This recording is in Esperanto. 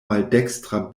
maldekstra